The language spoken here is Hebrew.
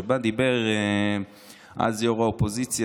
שבו דיבר אז יו"ר האופוזיציה,